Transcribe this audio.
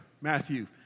Matthew